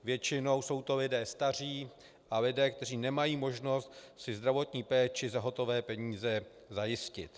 Většinou jsou to lidé staří a lidé, kteří nemají možnost si zdravotní péči za hotové peníze zajistit.